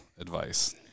advice